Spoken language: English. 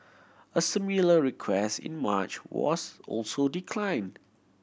a similar request in March was also declined